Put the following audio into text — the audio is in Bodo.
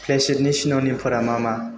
प्लेसिडनि सिन'निमफोरा मा मा